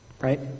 Right